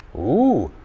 ooh.